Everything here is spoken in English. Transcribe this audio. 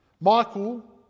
Michael